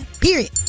Period